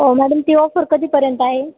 हो मॅडम ती ऑफर कधीपर्यंत आहे